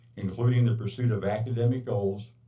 including the pursuit of academic goals,